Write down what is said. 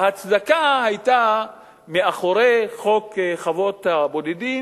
ההצדקה שהיתה מאחורי חוק חוות הבודדים